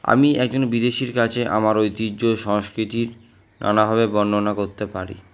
আমি একজন বিদেশির কাছে আমার ঐতিহ্য সংস্কৃতি নানাভাবে বর্ণনা করতে পারি